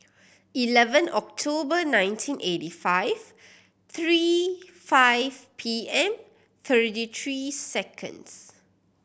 eleven October nineteen eighty five three five P M thirty three seconds